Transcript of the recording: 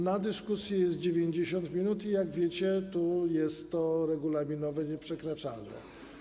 Na dyskusję jest 90 minut i jak wiecie, jest to regulaminowe, nieprzekraczalne.